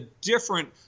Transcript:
different